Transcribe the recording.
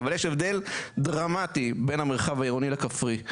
אבל יש הבדל דרמטי בין המרחב העירוני לכפרי.